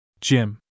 Jim